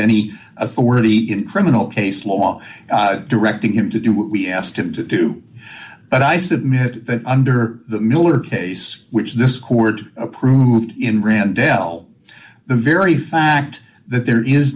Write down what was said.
any authority in criminal case law directing him to do what we asked him to do and i submit that under the miller case which this court approved in randell the very fact that there is